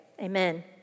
amen